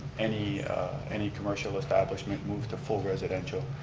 any any commercial establishment moved to full residential.